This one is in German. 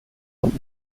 und